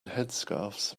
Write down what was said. headscarves